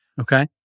Okay